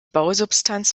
bausubstanz